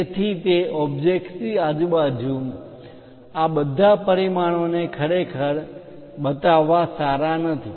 તેથી તે ઓબ્જેક્ટ ની આજુબાજુ આ બધા પરિમાણોને ખરેખર બતાવવા સારા નથી